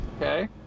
Okay